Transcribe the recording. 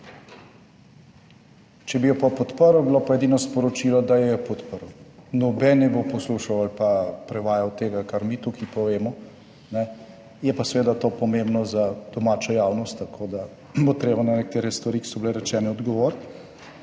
Če bi jo pa podprl, je bilo pa edino sporočilo, da jo je podprl. Noben ne bo poslušal ali pa prevajal tega, kar mi tukaj povemo, ne, je pa seveda to pomembno za domačo javnost, tako da bo treba na nekatere stvari, ki so bile rečene, odgovoriti,